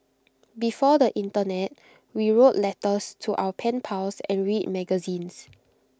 before the Internet we wrote letters to our pen pals and read magazines